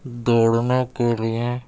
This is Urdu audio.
دوڑنے کے لیے